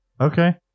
okay